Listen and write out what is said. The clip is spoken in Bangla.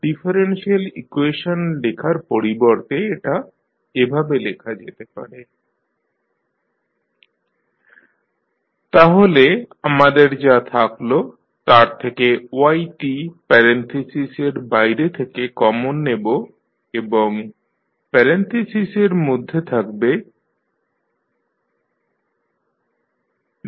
ডিফারেনশিয়াল ইকুয়েশন লেখার পরিবর্তে এটা এভাবে লেখা যেতে পারে snan 1sn 1a1sa0ytbmsmbm 1sm 1b1sb0ut তাহলে আমাদের যা থাকল তার থেকে yt প্যারেনথিসিসের বাইরে থেকে কমন নেব এবং প্যারেনথিসিসের মধ্যে থাকবে snan 1sn 1a1sa0